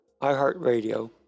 iHeartRadio